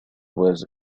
was